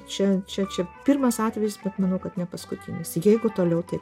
čia čia čia pirmas atvejis bet manau kad nepaskutinis jeigu toliau taip